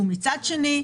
ומצד שני,